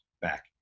back